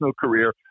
career